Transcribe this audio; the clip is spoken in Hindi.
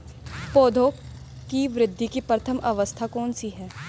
पौधों की वृद्धि की प्रथम अवस्था कौन सी है?